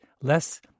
less